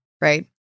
right